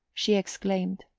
she exclaimed.